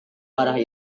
parah